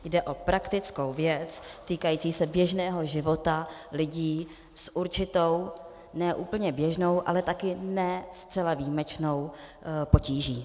Jde o praktickou věc týkající se běžného života lidí s určitou ne úplně běžnou, ale také ne zcela výjimečnou potíží.